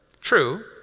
True